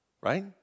right